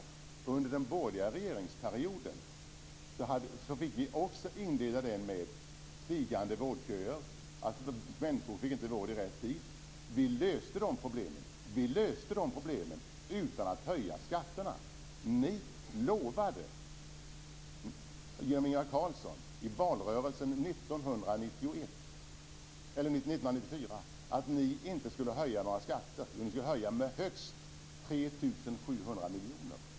Vi fick inleda den borgerliga regeringsperioden med att minska växande vårdköer. Människor fick inte vård i rätt tid. Vi löste de problemen utan att höja skatterna. Ni lovade genom Ingvar Carlsson i valrörelsen 1994 att ni skulle höja skatterna med högst 3 700 miljoner.